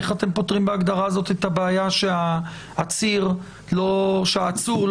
איך אתם פותרים בהגדרה הזאת את הבעיה שהעצור לא ייקח